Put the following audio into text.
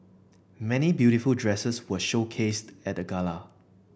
many beautiful dresses were showcased at the gala